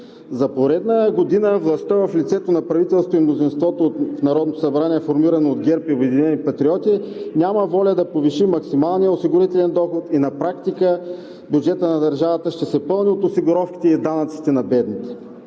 За поредна година властта в лицето на правителството и мнозинството в Народното събрание, формирано от ГЕРБ и „Обединени патриоти“, няма воля да повиши максималния осигурителен доход и на практика бюджетът на държавата ще се пълни от осигуровките и данъците на бедните.